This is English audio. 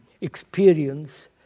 experience